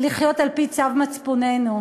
לחיות על-פי צו מצפוננו.